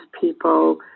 people